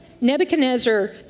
Nebuchadnezzar